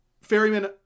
Ferryman